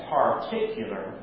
particular